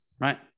right